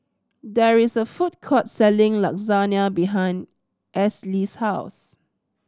there is a food court selling Lasagna behind Esley's house